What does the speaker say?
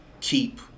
keep